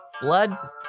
Blood